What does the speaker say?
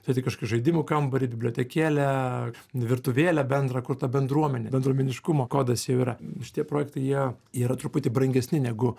turėti kažkokį žaidimų kambarį bibliotekėlę virtuvėlę bendrą kur ta bendruomenė bendruomeniškumo kodas jau yra šitie projektai jie yra truputį brangesni negu